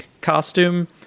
costume